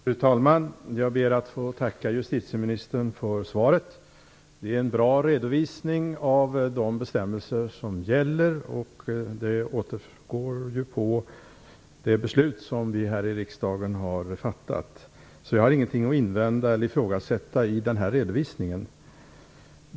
Fru talman! Jag ber att få tacka justitieministern för svaret. Det är en bra redovisning av de bestämmelser som gäller och det återgår på det beslut som vi här i riksdagen har fattat. Jag har därför inget att invända mot eller att ifrågasätta i den här redovisningen.